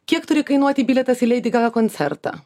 kiek turi kainuoti bilietas į leidi gagą koncertą